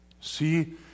See